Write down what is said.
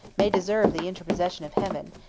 may deserve the interposition of heaven,